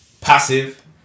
passive